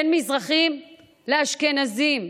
בין מזרחים לאשכנזים,